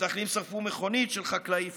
מתנחלים שרפו מכונית של חקלאי פלסטיני,